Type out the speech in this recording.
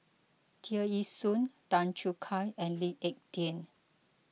Tear Ee Soon Tan Choo Kai and Lee Ek Tieng